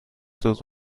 tus